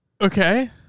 Okay